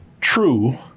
true